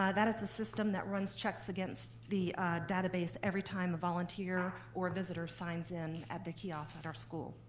ah that is the system that runs checks against the database every time a volunteer or visitor signs in at the kiosk at our school.